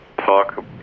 talk